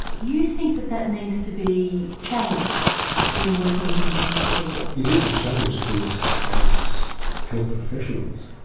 you think that that needs to be challenged when working with indigenous people. it is a challenge to us as health professionals.